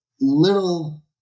little